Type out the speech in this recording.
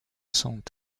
sont